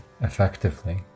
effectively